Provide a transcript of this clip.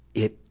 it,